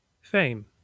fame